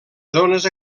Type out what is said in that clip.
zones